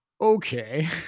Okay